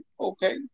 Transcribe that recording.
okay